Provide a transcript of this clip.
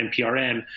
NPRM